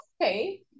okay